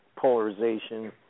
polarization